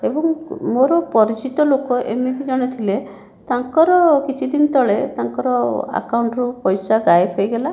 ଏବଂ ମୋର ପରିଚିତ ଲୋକ ଏମିତି ଜଣେ ଥିଲେ ତାଙ୍କର କିଛିଦିନ ତଳେ ତାଙ୍କର ଆକାଉଣ୍ଟରୁ ପଇସା ଗାଏବ ହେଇଗଲା